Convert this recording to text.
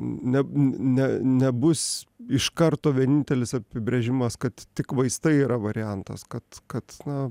ne ne nebus iš karto vienintelis apibrėžimas kad tik vaistai yra variantas kad kad na